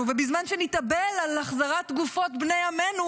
ובזמן שנתאבל על החזרת גופות בני עמנו,